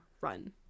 run